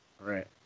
Right